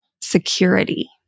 security